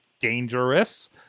dangerous